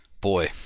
Boy